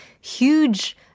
huge